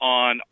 on